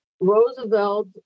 Roosevelt